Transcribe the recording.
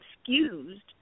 excused